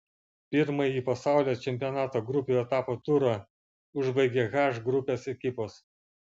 pirmąjį pasaulio čempionato grupių etapo turą užbaigė h grupės ekipos